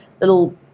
little